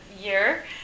year